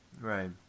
Right